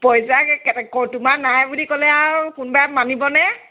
পইচা তোমাৰ নাই বুলি ক'লে আৰু কোনোবাই মানিবনে